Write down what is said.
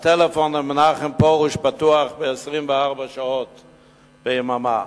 הטלפון למנחם פרוש פתוח 24 שעות ביממה.